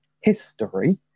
history